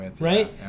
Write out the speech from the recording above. Right